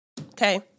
okay